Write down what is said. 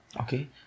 okay